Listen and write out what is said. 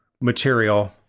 material